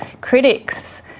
critics